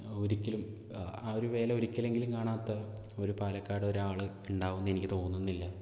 ഒരിക്കലും ആ വേല ഒരു ഒരിക്കലെങ്കിലും കാണാത്ത ഒരു പാലക്കാട് ഒരാള് ഉണ്ടാവുമെന്ന് എനിക്ക് തോന്നുന്നില്ല